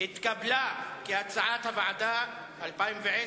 סעיף 09,